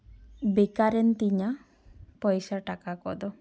ᱵᱮᱠᱟᱨᱮᱱ ᱛᱤᱧᱟ ᱯᱚᱭᱥᱟ ᱴᱟᱠᱟ ᱠᱚᱫᱚ